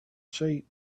sheep